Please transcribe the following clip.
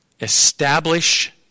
establish